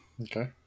Okay